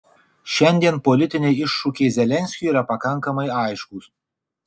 šiandien politiniai iššūkiai zelenskiui yra pakankamai aiškūs